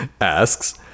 Asks